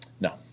No